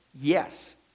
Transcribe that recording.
Yes